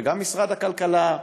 וגם משרד הכלכלה.